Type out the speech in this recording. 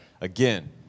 again